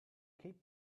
keep